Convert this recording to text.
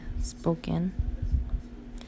spoken